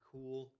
Cool